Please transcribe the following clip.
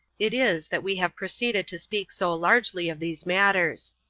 it is that we have proceeded to speak so largely of these matters.